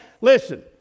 Listen